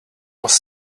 was